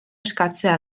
eskatzea